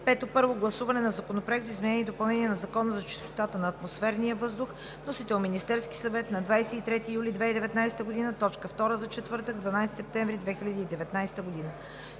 5. Първо гласуване на Законопроект за изменение и допълнение на Закона за чистотата на атмосферния въздух. Вносител – Министерският съвет, 23 юли 2019 г., точка втора за четвъртък, 12 септември 2019 г.